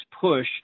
push